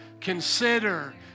consider